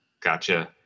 Gotcha